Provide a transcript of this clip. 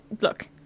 look